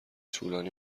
طولانی